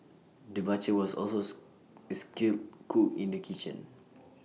the butcher was also is A skilled cook in the kitchen